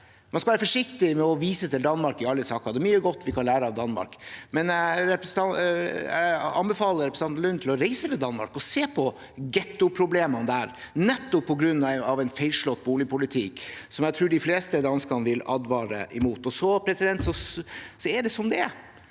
man skal være forsiktig med å vise til Danmark i alle saker. Det er mye godt vi kan lære av Danmark, men jeg anbefaler representanten Drevland Lund å reise til Danmark og se på gettoproblemene der, nettopp på grunn av en feilslått boligpolitikk, som jeg tror de fleste dansker vil advare imot. Og så er det som det er: